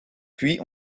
puis